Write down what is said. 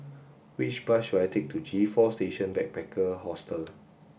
which bus should I take to G four Station Backpacker Hostel